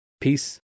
Peace